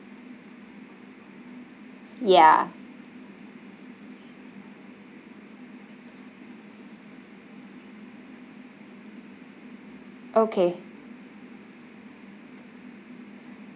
ya okay